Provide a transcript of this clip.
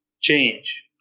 change